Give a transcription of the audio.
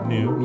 New